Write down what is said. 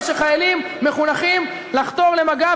או שחיילים מחונכים לחתור למגע,